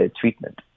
treatment